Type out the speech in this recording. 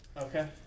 Okay